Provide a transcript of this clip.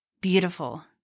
beautiful